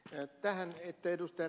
rehula ja ed